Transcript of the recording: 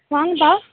வாங்கப்பா